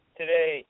today